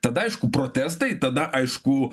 tada aišku protestai tada aišku